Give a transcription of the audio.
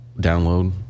download